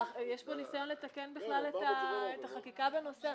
יש פה ניסיון לתקן בכלל את החקיקה בנושא,